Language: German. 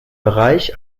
bereich